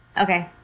Okay